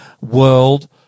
world